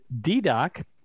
D-Doc